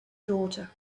daughter